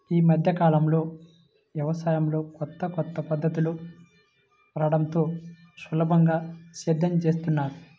యీ మద్దె కాలంలో యవసాయంలో కొత్త కొత్త పద్ధతులు రాడంతో సులభంగా సేద్యం జేత్తన్నారు